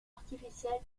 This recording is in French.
artificielle